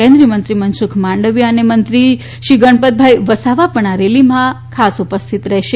કેન્દ્રીય મંત્રી મનસુખભાઇ માંડવીયા અને મંત્રી ગણપતભાઇ વસાવા પણ આ રેલીમાં ખાસ ઉપસ્થિત રહેશે